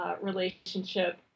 relationship